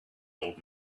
old